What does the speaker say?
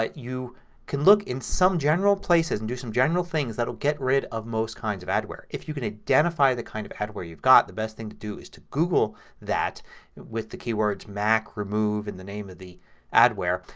ah you can look in some general places and do some general things that will get rid of most kinds of adware. if you can identify the kind of adware you've got the best thing to do is to goggle that with the keywords mac, remove, and the name of the adware.